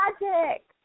magic